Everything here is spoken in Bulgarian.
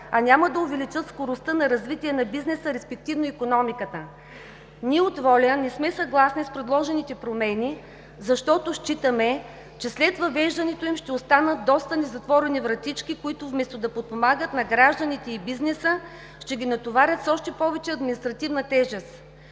а няма да увеличат скоростта на развитие на бизнеса, респективно икономиката. Ние от „Воля“ не сме съгласни с предложените промени, защото считаме, че след въвеждането им ще останат доста незатворени вратички, които вместо да подпомагат гражданите и бизнеса, ще ги натоварят с още повече административна тежест.